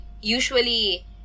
usually